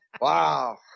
Wow